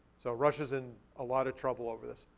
so russia's in a lot of trouble over this.